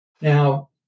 Now